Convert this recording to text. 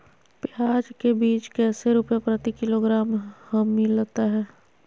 प्याज के बीज कैसे रुपए प्रति किलोग्राम हमिलता हैं?